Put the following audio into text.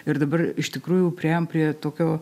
ir dabar iš tikrųjų priėjom prie tokio